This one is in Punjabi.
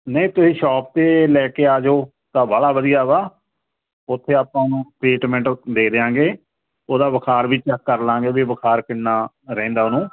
ਨਹੀਂ ਤੁਸੀਂ ਸ਼ੌਪ ਤੇ ਲੈ ਕੇ ਆ ਜਾਓ ਤਾਂ ਬਾਲਾ ਵਧੀਆ ਵਾ ਉਥੇ ਆਪਾਂ ਉਹਨੂੰ ਟ੍ਰੀਟਮੈਂਟ ਦੇ ਦਿਆਂਗੇ ਉਹਦਾ ਬੁਖਾਰ ਵੀ ਚੈੱਕ ਕਰ ਲਾਂਗੇ ਉਹਦਾ ਬੁਖਾਰ ਕਿੰਨਾ ਰਹਿੰਦਾ ਉਹਨੂੰ